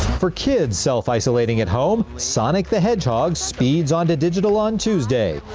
for kids self-isolating at home sonic the hedgehog speeds on the digital on tuesday.